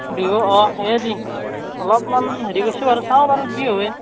বিহু অঁ সেয়ে দি অলপমান হেৰি কৰিছোঁ বাৰু চাওঁ বাৰু কি হয়